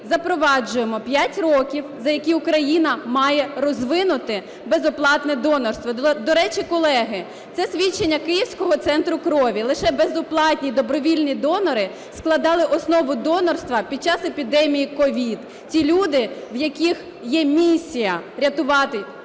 запроваджуємо 5 років, за які Україна має розвинути безоплатне донорство. До речі, колеги, це свідчення Київського центру крові: лише безоплатні добровільні донори складали основу донорства під час епідемії СOVID. Ці люди, в яких є місія рятувати інших